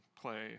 play